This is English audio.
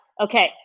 Okay